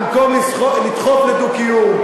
במקום לדחוף לדו-קיום,